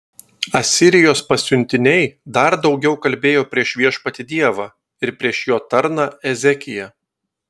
asirijos pasiuntiniai dar daugiau kalbėjo prieš viešpatį dievą ir prieš jo tarną ezekiją